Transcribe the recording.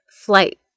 flight